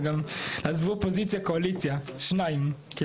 שניים, וגם עזבו אופוזיציה קואליציה, שניים.